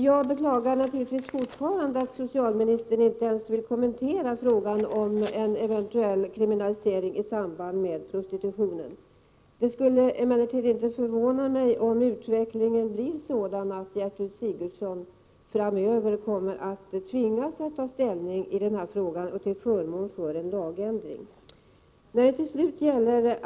Jag beklagar naturligtvis fortfarande att socialministern inte ens vill kommentera frågan om en eventuell kriminalisering i samband med prostitutionen. Det skulle emellertid inte förvåna mig om utvecklingen blir sådan att Gertrud Sigurdsen framöver kommer att tvingas att ta ställning till förmån för en lagändring i det avseendet.